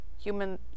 human